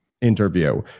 interview